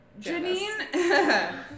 Janine